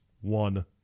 One